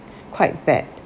quite bad